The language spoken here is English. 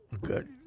Good